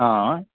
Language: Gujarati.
હા